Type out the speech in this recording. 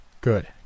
Good